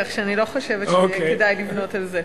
כך שאני לא חושבת שכדאי לבנות על זה.